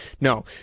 No